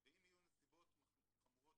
לדוגמה,